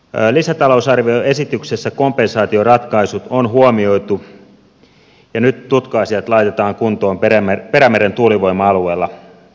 lisätalousarvioesityksessä kompensaatioratkaisut on huomioitu ja nyt tutka asiat laitetaan kuntoon perämeren tuulivoima alueilla